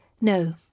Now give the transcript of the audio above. No